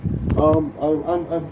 um I'm I'm I'm